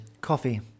coffee